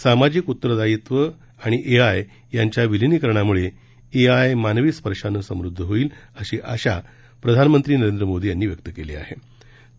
सामाजिक उत्तरदायित्व आणि एआय यांच्या विलिनीकरणामुळे एआय मानवी स्पर्शाने समृद्ध होईल अशी आशा पंतप्रधान नरेंद्र मोदी यांनी व्यक्त केलीते